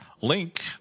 Link